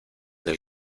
del